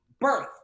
birth